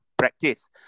Practice